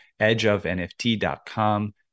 edgeofnft.com